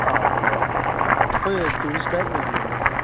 ꯑꯥ hello ꯑꯩꯈꯣꯏ tourist guide ꯑꯣꯏꯕꯤꯕ ꯅꯠꯇ꯭ꯔꯣ